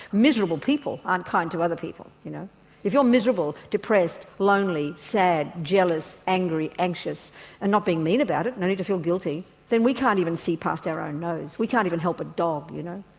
miserable people aren't kind to other people. you know if you're miserable, depressed, lonely, sad, jealous, angry, anxious and not being mean about it, no need to feel guilty then we can't even see passed our own nose, we can't even help a dog, you know,